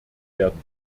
werden